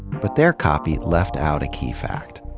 but their copy left out a key fact.